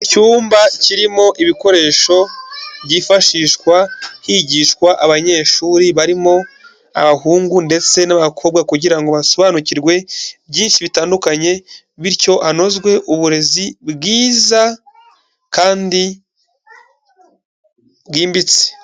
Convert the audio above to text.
Icyumba kirimo ibikoresho byifashishwa higishwa abanyeshuri barimo abahungu ndetse n'abakobwa kugira ngo basobanukirwe byinshi bitandukanye, bityo hanozwe uburezi bwiza kandi bwimbitse.